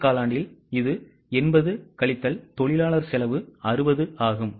முதல் காலாண்டில் இது 80 கழித்தல் தொழிலாளர் செலவு 60 ஆகும்